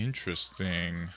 Interesting